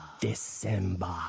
december